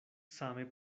same